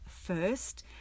First